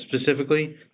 specifically